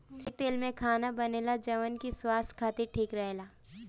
ओही तेल में खाना बनेला जवन की स्वास्थ खातिर ठीक रहेला